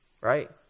Right